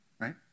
right